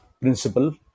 principle